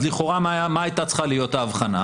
אז לכאורה מה הייתה צריכה להיות ההבחנה?